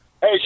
Hey